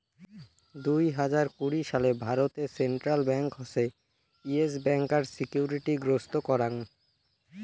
দুই হাজার কুড়ি সালে ভারতে সেন্ট্রাল ব্যাঙ্ক হসে ইয়েস ব্যাংকার সিকিউরিটি গ্রস্ত করাং